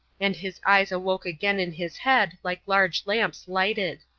and his eyes awoke again in his head like large lamps lighted.